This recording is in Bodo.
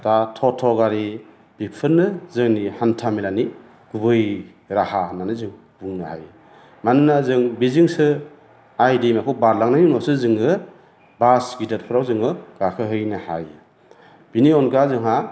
दा टट' गारि बेफोरनो जोंनि हान्था मेलानि गुबै राहा होन्नानै जों बुंनो हायो मानोना जों बेजोंसो आइ दैमाखौ बारलांनायनि उनावसो जोङो बास गिदिरफ्राव जोङो गाखोहैनो हायो बेनि अनगा जोंहा